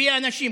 הביאה אנשים.